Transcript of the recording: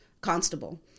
constable